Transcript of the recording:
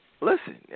Listen